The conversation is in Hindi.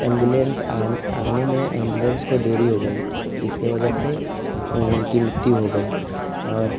एम्बुलेंस आन आने में एम्बुलेंस को देरी हो गई इसके वजह से उनकी मृत्यु हो गई और